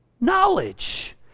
knowledge